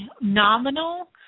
nominal